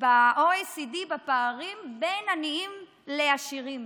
ב-OECD בפערים בין עניים לעשירים.